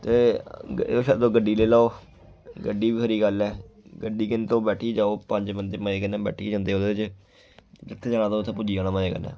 ते फिर गड्डी लेई लैओ गड्डी बी खरी गल्ल ऐ गड्डी कन्नै तुस बैठी जाओ पंज बंदे मजे कन्नै बैठियै जंदे ओह्दे च जित्थै जाना ते उत्थै पुज्जी जाना मजे कन्नै